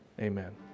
amen